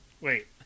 wait